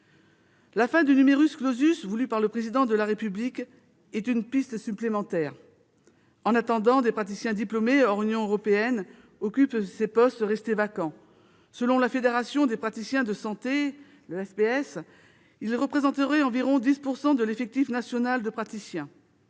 La fin du, voulue par le Président de la République, est une piste supplémentaire. En attendant, des praticiens diplômés hors Union européenne occupent ces postes restés vacants. Selon la Fédération des praticiens de santé, la FPS, ils représenteraient environ 10 % de l'effectif national de praticiens.